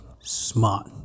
smart